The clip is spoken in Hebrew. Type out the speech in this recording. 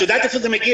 את יודעת איפה זה מגיע.